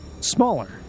smaller